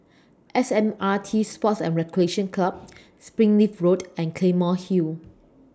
S M R T Sports and Recreation Club Springleaf Road and Claymore Hill